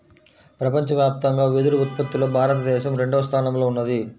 ప్రపంచవ్యాప్తంగా వెదురు ఉత్పత్తిలో భారతదేశం రెండవ స్థానంలో ఉన్నది